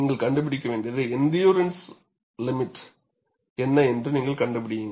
நீங்கள் கண்டுபிடி endurance limit என்ன என்று நீங்கள் கண்டுபிடியுங்கள்